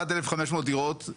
עד 1,500 דירות,